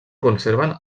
conserven